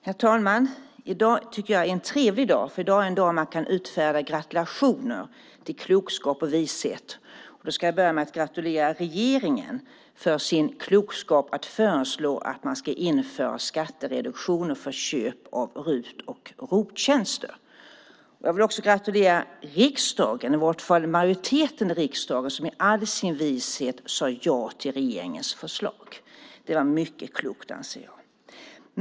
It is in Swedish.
Herr talman! I dag tycker jag är en trevlig dag, för i dag är en dag då man kan utfärda gratulationer till klokskap och vishet. Då ska jag börja med att gratulera regeringen för sin klokskap att föreslå att man ska införa skattereduktion för köp av RUT och ROT-tjänster. Jag vill också gratulera riksdagen, i vart fall majoriteten i riksdagen som i all sin vishet sade ja till regeringens förslag. Det var mycket klokt, anser jag.